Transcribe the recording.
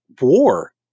war